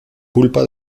pulpa